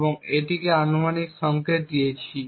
এবং এটিকে এই আনুমানিক সংকেত দিয়েছি